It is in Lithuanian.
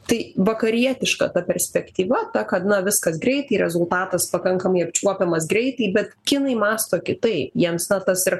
tai vakarietiška ta perspektyva ta kad na viskas greitai rezultatas pakankamai apčiuopiamas greitai bet kinai mąsto kitaip jiems na tas ir